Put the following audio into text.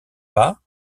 pas